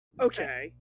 okay